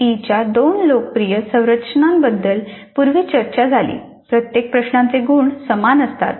एसईईच्या दोन लोकप्रिय संरचनांबद्दल पूर्वी चर्चा झाली प्रत्येक प्रश्नाचे गुण समान असतात